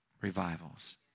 revivals